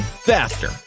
faster